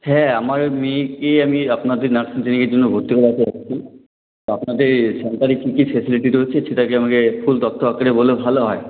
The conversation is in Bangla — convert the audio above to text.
হ্যাঁ আমার মেয়েকে আমি আপনাদের নার্সিং ট্রেনিংয়ের জন্য ভর্তি করাতে চাইছি তো আপনাদের সেন্টারে কী কী ফেসিলিটি রয়েছে সেটা কি আমাকে ফুল তথ্য আকারে বললে ভালো হয়